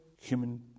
human